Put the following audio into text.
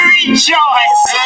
rejoice